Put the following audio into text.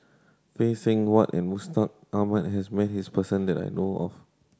Phay Seng Whatt and Mustaq Ahmad has met this person that I know of